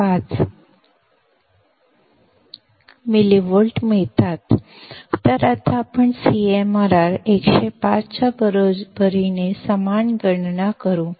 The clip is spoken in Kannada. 5 ಮಿಲಿವೋಲ್ಟ್ಗಳನ್ನು ಪಡೆಯುತ್ತೇವೆ ಈಗ ನಾವು ಅದೇ ಲೆಕ್ಕಾಚಾರವನ್ನು CMRR 105 ಕ್ಕೆ ಸಮನಾಗಿ ಮಾಡೋಣ